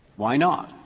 why not?